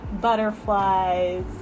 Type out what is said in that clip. butterflies